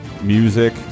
music